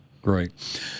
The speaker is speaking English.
Great